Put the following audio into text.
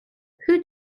who